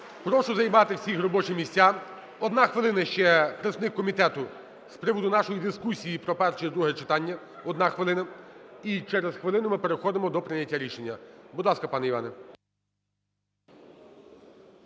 Прошу займати всіх робочі місця, одна хвилина, ще представник комітету з приводу нашої дискусії про перше і друге читання. Одна хвилина. І через хвилину ми переходимо до прийняття рішення. Будь ласка, пане Іване.